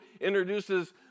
introduces